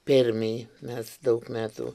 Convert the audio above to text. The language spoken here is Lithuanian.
permėj mes daug metų